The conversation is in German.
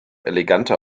eleganter